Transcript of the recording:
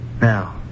Now